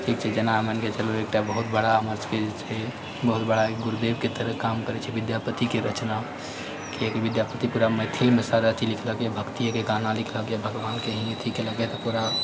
ठीक छै जेना मानि कऽ चलू एकटा बहुत बड़ा हमर सबके जे छै बहुत बड़ा गुरुदेवके तरह काम करै छै विद्यापतिके रचना किआकि विद्यापति पूरा मैथिलमे सारा चीज लिखलकैए भक्तिके गाना लिखलकैए भगवानके ही पूरा